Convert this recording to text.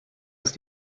ist